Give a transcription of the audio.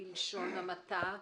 בלשון המעטה,